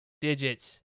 digits